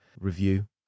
review